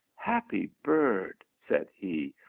happy bird, said he,